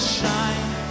shine